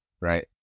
right